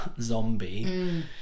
zombie